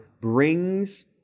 brings